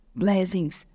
blessings